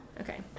Okay